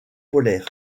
polaires